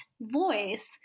voice